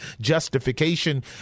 justification